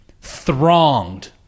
thronged